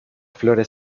flores